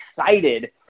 excited